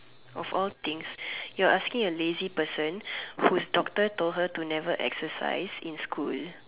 of all things you are asking a lazy person whose doctor told her to never exercise in school